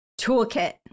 toolkit